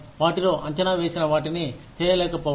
వాటిలో అంచనా వేసిన వాటిని చేయకపోవడం